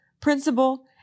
principal